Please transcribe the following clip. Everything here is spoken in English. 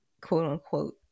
quote-unquote